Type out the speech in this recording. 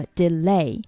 delay